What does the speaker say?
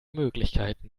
möglichkeiten